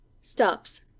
Stops